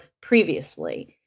previously